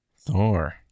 Thor